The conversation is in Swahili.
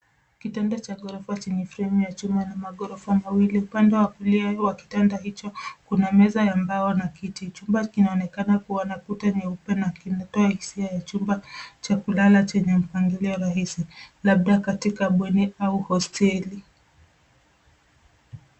Kitanda cha ghorofa chenye fremu ya chuma na maghorofa mawili. Upande wa kulia wa kitanda hicho, kuna meza ya mbao na kiti. Chumba kinaonekana kuwa na kuta nyeupe na ikileta hisia ya chumba cha kulala chenye mpangilio rahisi, labda katika bweni au hosteli.